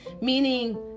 Meaning